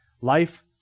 Life